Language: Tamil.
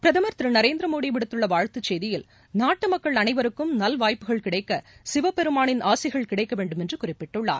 பிரதமர் திரு நரேந்திரமோடி விடுத்தள்ள வாழ்த்துச் செய்தியில் நாட்டு மக்கள் அனைவருக்கும் நல் வாய்ப்புகள் கிடைக்க சிவபெருமானின் ஆசிகள் கிடைக்க வேண்டுமென்று குறிப்பிட்டுள்ளார்